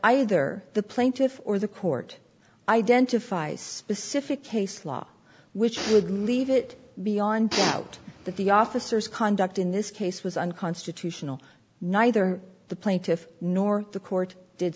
either the plaintiff or the court identify specific case law which would leave it beyond doubt that the officers conduct in this case was unconstitutional neither the plaintiff nor the court did